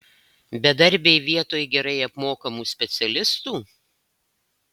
bedarbiai vietoj gerai apmokamų specialistų